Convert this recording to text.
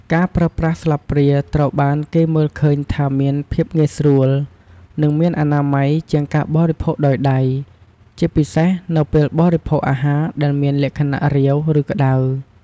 ការប្រើប្រាស់ស្លាបព្រាត្រូវបានគេមើលឃើញថាមានភាពងាយស្រួល និងមានអនាម័យជាងការបរិភោគដោយដៃ ជាពិសេសនៅពេលបរិភោគអាហារដែលមានលក្ខណៈរាវ ឬក្តៅ។